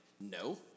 No